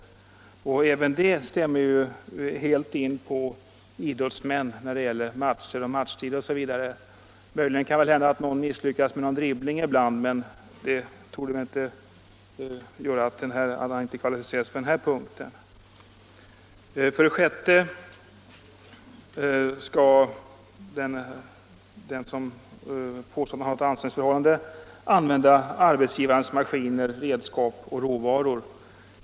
Även detta stämmer helt in på idrottsmännen när det gäller matcher och matchtider. Möjligen kan det hända att någon misslyckas med en dribbling ibland, men han torde fortfarande vara kvalificerad enligt denna punkt. För det sjätte har den anställde att i arbetet använda arbetsgivarens maskiner, redskap och råvaror.